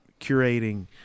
curating